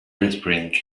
whispering